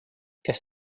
kes